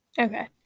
Okay